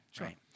right